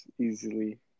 easily